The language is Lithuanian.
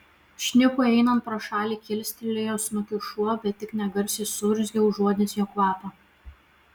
šnipui einant pro šalį kilstelėjo snukį šuo bet tik negarsiai suurzgė užuodęs jo kvapą